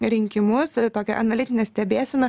rinkimus tokią analitinę stebėseną